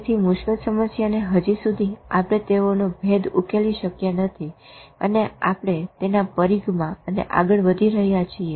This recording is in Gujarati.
તેથી મુશ્કેલ સામસ્યાને હજી સુધી આપણે તેઓ ભેદ ઉકેલી શક્યા નથી અને આપણે તેના પરિઘમાં અને આગળ વધી રહ્યા છીએ